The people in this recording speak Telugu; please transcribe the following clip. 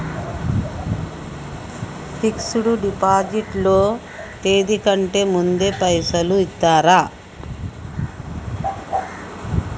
ఫిక్స్ డ్ డిపాజిట్ లో తేది కంటే ముందే పైసలు ఇత్తరా?